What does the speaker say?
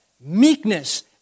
meekness